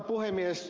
puhemies